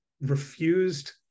refused